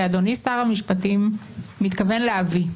שאדוני שר המשפטים מתכוון להביא,